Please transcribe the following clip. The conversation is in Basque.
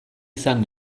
izan